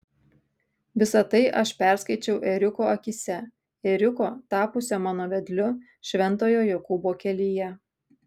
visa tai aš perskaičiau ėriuko akyse ėriuko tapusio mano vedliu šventojo jokūbo kelyje